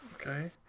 Okay